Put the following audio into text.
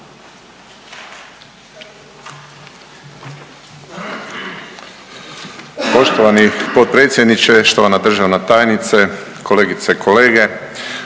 Poštovani potpredsjedniče, štovana državna tajnice, kolegice, kolege.